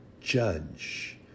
judge